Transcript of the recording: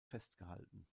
festgehalten